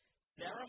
Sarah